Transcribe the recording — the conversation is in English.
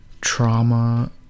trauma